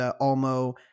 Almo